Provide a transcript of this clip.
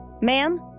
Ma'am